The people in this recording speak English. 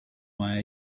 why